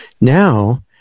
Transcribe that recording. Now